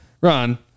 Ron